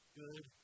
good